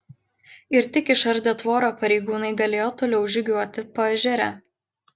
ir tik išardę tvorą pareigūnai galėjo toliau žygiuoti paežere